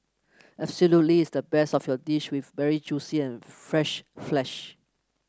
absolutely its the best of your dish with very juicy and fresh flesh